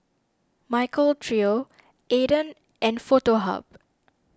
Michael Trio Aden and Foto Hub